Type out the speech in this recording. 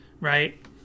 right